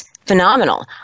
phenomenal